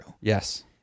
Yes